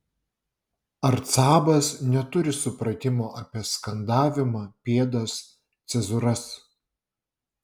arcabas neturi supratimo apie skandavimą pėdas cezūras